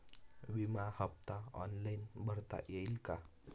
विमा हफ्ता ऑनलाईन भरता येईल का?